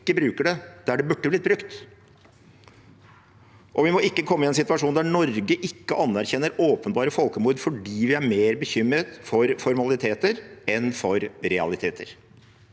at vi ikke bruker det der det burde blitt brukt. Vi må ikke komme i en situasjon der Norge ikke anerkjenner åpenbare folkemord fordi vi er mer bekymret for formaliteter enn for realiteter.